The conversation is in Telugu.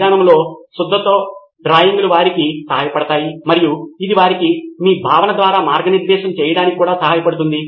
మైదానంలో సుద్దతో డ్రాయింగ్లు వారికి సహాయపతాయి మరియు ఇది వారికి మీ భావన ద్వారా మార్గనిర్దేశం చేయడానికి కూడా సహాయపడుతుంది